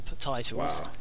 titles